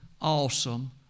awesome